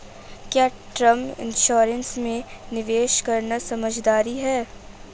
क्या term insurance में निवेश करना समझदारी है?